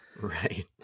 Right